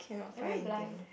am I blind